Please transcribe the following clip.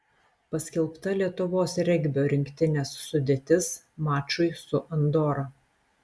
paskelbta lietuvos regbio rinktinės sudėtis mačui su andora